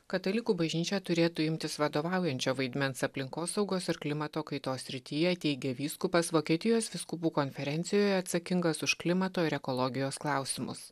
katalikų bažnyčia turėtų imtis vadovaujančio vaidmens aplinkosaugos ir klimato kaitos srityje teigia vyskupas vokietijos vyskupų konferencijoje atsakingas už klimato ir ekologijos klausimus